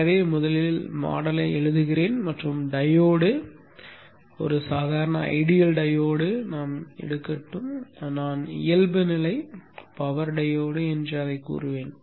எனவே முதலில் மாதிரியை எழுதுகிறேன் மற்றும் டையோடு ஒரு சாதாரண ஐடியல் டையோடு எடுக்கட்டும் நான் இயல்புநிலை பவர் டையோடு என்று கூறுவேன்